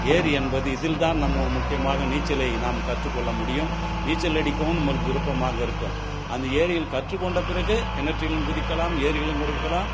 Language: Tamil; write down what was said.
ஏரி என்பது இதில் தான் நம்ம முக்கியமாக நீச்சலை நாம் கற்றுக்கொள்ள முடியும் நீச்சல் அடிக்கவும் நமக்கு விருப்பமாக இருக்கும் அந்த ஏரியில் கற்றுக்கொண்ட பிறகு கிணற்றிலும் குதிக்கலாம் ஏரியிலும் குளிக்கலாம்